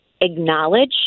acknowledge